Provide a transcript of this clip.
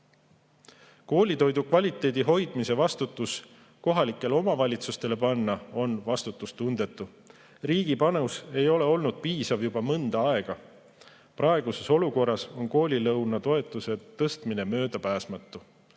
Koolitoidu kvaliteedi hoidmise vastutust kohalikele omavalitsustele panna on vastutustundetu. Riigi panus ei ole olnud piisav juba mõnda aega. Praeguses olukorras on koolilõuna toetuse tõstmine möödapääsmatu.